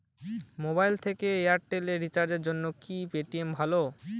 Mobile থেকে Airtel এ রিচার্জের জন্য কি পেটিএম ভালো?